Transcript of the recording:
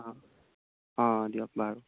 অঁ দিয়ক বাৰু